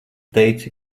teici